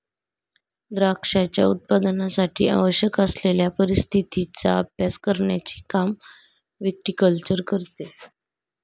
द्राक्षांच्या उत्पादनासाठी आवश्यक असलेल्या परिस्थितीचा अभ्यास करण्याचे काम विटीकल्चर करते